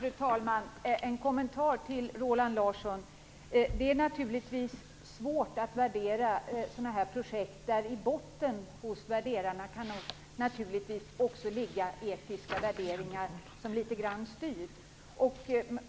Fru talman! En kommentar till Roland Larsson. Det är naturligtvis svårt att värdera projekt där det i botten kan ligga olika etiska värderingar hos dem som värderar.